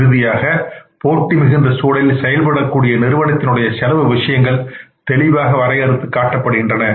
இறுதியாக போட்டி மிகுந்த சூழலில் செயல்படக்கூடிய நிறுவனத்தினுடைய செலவு விஷயங்கள் தெளிவாக வரையறுத்து காட்டப்படுகின்றன